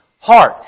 Heart